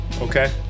okay